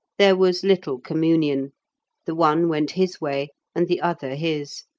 there was little communion the one went his way, and the other his.